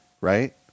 right